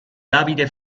davide